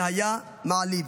זה היה זה מעליב.